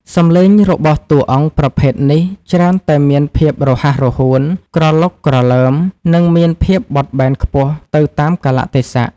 សំឡេងរបស់តួអង្គប្រភេទនេះច្រើនតែមានភាពរហ័សរហួន ក្រឡុកក្រឡើម និងមានភាពបត់បែនខ្ពស់ទៅតាមកាលៈទេសៈ